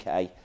UK